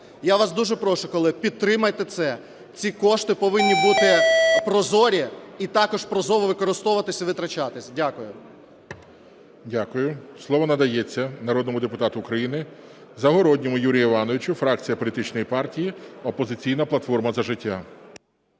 Я вас дуже прошу, колеги, підтримайте це. Ці кошти повинні бути прозорі і також прозоро використовуватися, витрачатися. Дякую. ГОЛОВУЮЧИЙ. Дякую. Слово надається народному депутату України Загородньому Юрію Івановичу, фракція політичної партії "Опозиційна платформа - За життя".